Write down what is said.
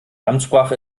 amtssprache